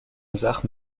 زخم